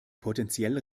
potenziell